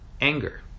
anger